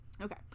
Okay